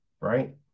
right